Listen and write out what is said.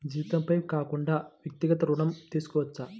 జీతంపై కాకుండా వ్యక్తిగత ఋణం తీసుకోవచ్చా?